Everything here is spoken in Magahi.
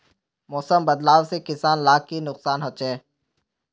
मौसम बदलाव से किसान लाक की नुकसान होचे?